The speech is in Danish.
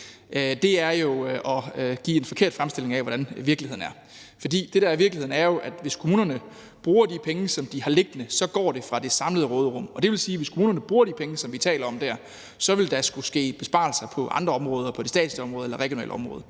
dem, er at give en forkert fremstilling af, hvordan virkeligheden er. For det, der er virkeligheden, er jo, at hvis kommunerne bruger de penge, som de har liggende, går de fra det samlede råderum. Det vil sige, at hvis kommunerne bruger de penge, som vi taler om, vil der skulle ske besparelser på andre områder – på det statslige område eller regionale område